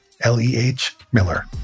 L-E-H-Miller